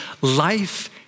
life